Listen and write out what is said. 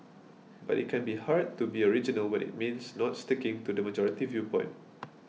but it can be hard to be original when it means not sticking to the majority viewpoint